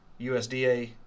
USDA